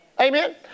Amen